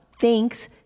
thanks